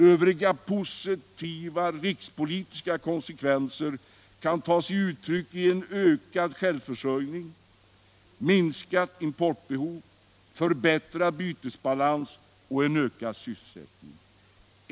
Övriga positiva rikspolitiska konsekvenser kan ta sig uttryck i en ökad självförsörjning, minskat importbehov, förbättrad bytesbalans och en ökad sysselsättning.